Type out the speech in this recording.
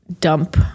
dump